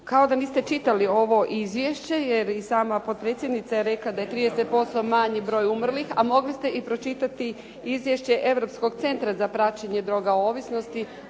Kao da niste čitali ovo izvješće, jer i sama potpredsjednica je rekla da je 30% manji broj umrlih, a mogli ste i pročitati izvješće Europskog centra za praćenje droga i ovisnosti